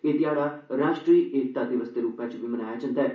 एह ध्याड़ा राष्ट्रीय एकता दिवस दे रूपै च बी मनाया जंदा ऐ